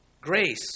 Grace